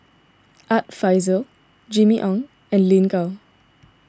Art Fazil Jimmy Ong and Lin Gao